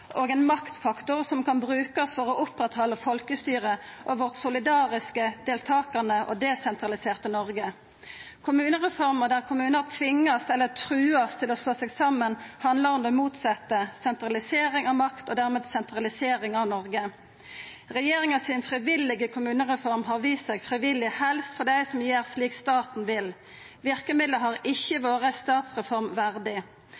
og ein maktfaktor som kan brukast for å halda oppe folkestyret og vårt solidariske, deltakande og desentraliserte Noreg. Kommunereforma, der kommunar vert tvinga, eller trua, til å slå seg saman, handlar om det motsette, om sentralisering av makt og dermed sentralisering av Noreg. Regjeringa si frivillige kommunereform har vist seg frivillig helst for dei som gjer som staten vil. Verkemidla har ikkje